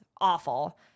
Awful